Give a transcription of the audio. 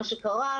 מה שקרה,